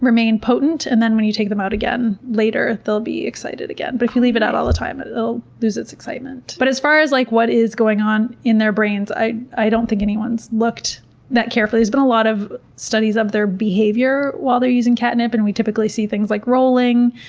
remain potent, and then when you take them out again later, they'll be excited again. but if you leave it out all the time, it will lose its excitement. but as far as like what is going on in their brains, i i don't think anyone's looked at that carefully. there's been a lot of studies of their behavior while they're using catnip. and we typically see things like rolling.